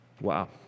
Wow